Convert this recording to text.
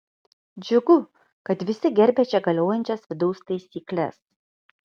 džiugu kad visi gerbia čia galiojančias vidaus taisykles